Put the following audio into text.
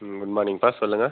good மானிங் sir சொல்லுங்கள்